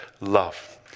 love